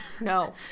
No